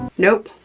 nope,